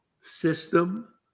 system